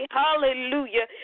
hallelujah